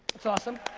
it's awesome.